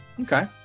okay